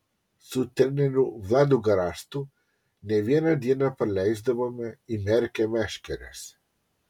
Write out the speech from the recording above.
su treneriu vladu garastu ne vieną dieną praleisdavome įmerkę meškeres